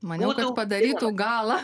maniau kad padarytų galą